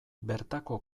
bertako